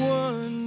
one